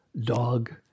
dog